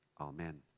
amen